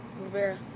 Rivera